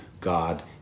God